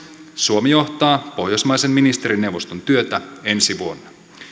suomi johtaa pohjoismaisen ministerineuvoston työtä ensi vuonna